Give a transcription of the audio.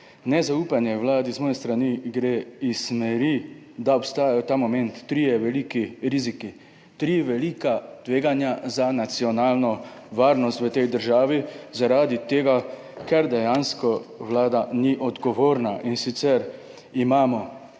Nezaupanje vladi z moje strani gre iz smeri, da obstajajo ta moment trije veliki riziki, tri velika tveganja za nacionalno varnost v tej državi zaradi tega, ker dejansko Vlada ni odgovorna. In sicer imamo 70